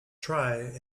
try